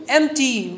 empty